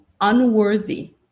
unworthy